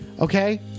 Okay